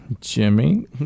Jimmy